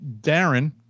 Darren